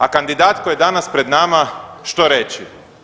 A kandidat koji je danas pred nama što reći.